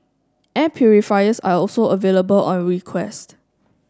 air purifiers are also available on request